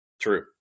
True